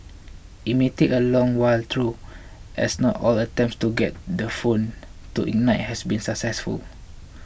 it may take a long while through as not all attempts to get the phone to ignite has been successful